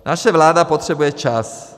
Naše vláda potřebuje čas.